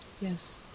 Yes